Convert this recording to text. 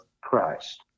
Christ